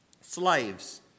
Slaves